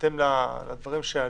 בהתאם לדברים שעלו,